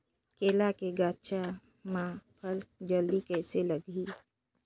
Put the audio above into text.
केला के गचा मां फल जल्दी कइसे लगही?